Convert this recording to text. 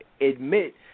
admit